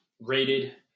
rated